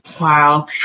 Wow